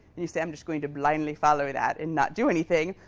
and you say i'm just going to blindly follow that and not do anything.